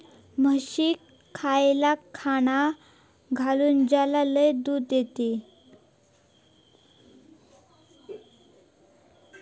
म्हशीक खयला खाणा घालू ज्याना लय दूध देतीत?